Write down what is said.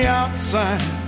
outside